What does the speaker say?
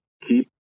keep